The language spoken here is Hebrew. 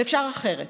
ואפשר אחרת.